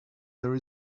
there